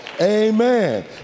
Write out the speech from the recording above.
Amen